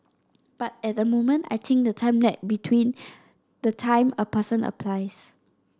but at the moment I think the time lag between the time a person applies